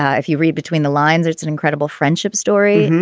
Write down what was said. ah if you read between the lines it's an incredible friendship story.